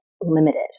limited